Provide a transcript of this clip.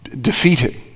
defeated